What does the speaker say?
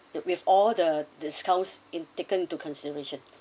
with all the discounts in taken into consideration